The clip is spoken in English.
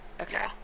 okay